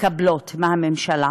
מקבלים מהממשלה.